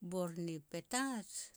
Bor ni Petats,